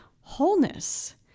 wholeness